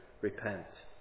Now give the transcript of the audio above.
repent